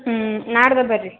ಹ್ಞೂ ನಾಡ್ದು ಬನ್ರಿ